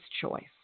choice